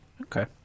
Okay